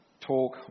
talk